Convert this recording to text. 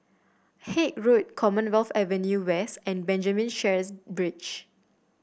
Haig Road Commonwealth Avenue West and Benjamin Sheares Bridge